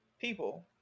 people